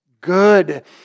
Good